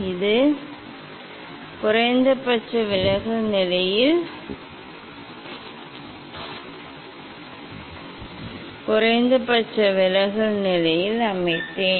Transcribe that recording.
இங்கே அது நான் அதை குறைந்தபட்ச விலகல் நிலையில் அமைத்தேன்